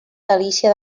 delícia